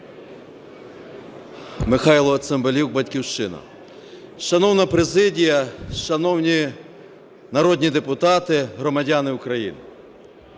Михайло Цимбалюк, "Батьківщина". Шановна президія, шановні народні депутати, громадяни України!